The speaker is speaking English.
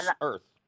earth